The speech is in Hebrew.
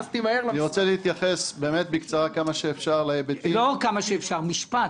אני רוצה להתייחס באמת בקצרה להיבטים הכספיים